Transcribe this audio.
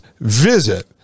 visit